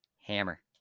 Hammer